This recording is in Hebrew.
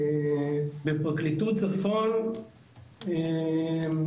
בפרקליטות צפון אנחנו